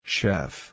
Chef